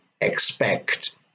expect